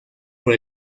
por